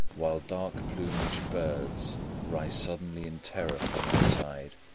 while dark-plumaged birds rise suddenly in terror from my side,